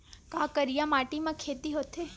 का करिया माटी म खेती होथे?